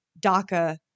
DACA